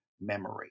memory